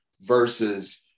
versus-